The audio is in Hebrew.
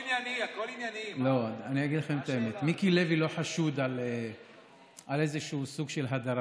הגבלות אלה לא אפשרו לקיים שגרת עבודה